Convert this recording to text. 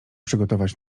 przygotować